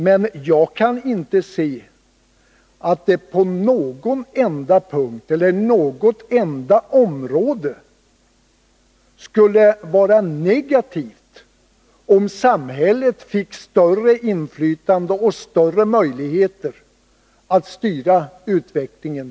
Men jag kan inte se att det på något enda område skulle vara negativt om samhället fick större inflytande och större möjligheter att styra utvecklingen.